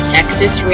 Texas